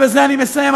ובזה אני מסיים,